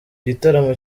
gitaramo